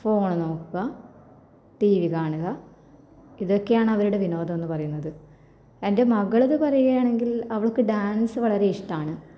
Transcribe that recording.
phone നോക്കുക T V കാണുക ഇതൊക്കെയാണ് അവരുടെ വിനോദമെന്നു പറയുന്നത് എന്റെ മകളുടേത് പറയുകയാണെങ്കില് അവള്ക്ക് ഡാന്സ് വളരെ ഇഷ്ടമാണ്